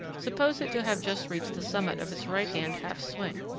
suppose it to have just reached the summit of its right-hand half-swing.